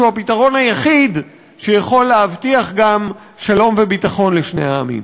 שהוא הפתרון היחיד שיכול להבטיח גם שלום וביטחון לשני העמים.